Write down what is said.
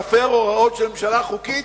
נפר הוראות של ממשלה חוקית,